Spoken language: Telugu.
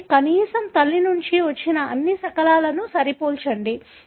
కాబట్టి కనీసం తల్లి నుండి వచ్చిన అన్ని శకలాలు సరిపోల్చండి